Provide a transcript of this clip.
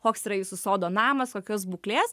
koks yra jūsų sodo namas kokios būklės